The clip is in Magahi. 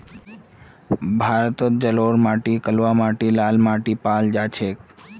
भारतत जलोढ़ माटी कलवा माटी लाल माटी पाल जा छेक